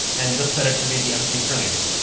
and just set it to be the empty string again,